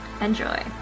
Enjoy